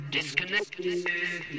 Disconnect